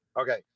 Okay